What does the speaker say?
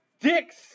dicks